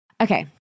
Okay